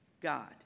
God